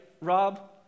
Rob